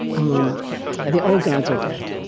um the old gods are dead.